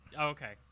okay